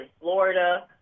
Florida